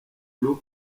buru